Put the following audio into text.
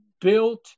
built